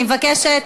אני מבקשת